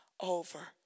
over